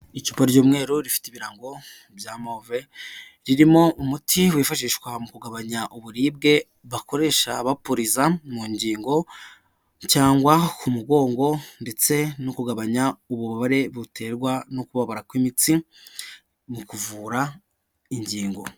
Icupa ry'umweru rifite ibirango bya move ririmo umuti wifashishwa mu kugabanya uburibwe, bakoresha bapuriza mu ngingo cyangwa ku mugongo, ndetse no kugabanya ububabare buterwa no kubabara kw'imitsi mu kuvura ingingo.